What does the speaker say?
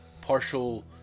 partial